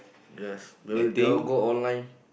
yes maybe they all go online